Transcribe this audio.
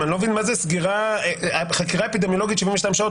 אני לא מבין מה זה חקירה אפידמיולוגית 72 שעות.